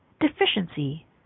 deficiency